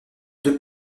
deux